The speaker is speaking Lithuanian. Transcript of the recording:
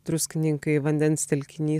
druskininkai vandens telkinys